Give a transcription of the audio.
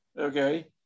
okay